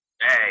Hey